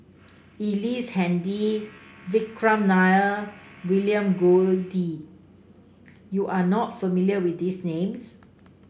Ellice Handy Vikram Nair William Goode you are not familiar with these names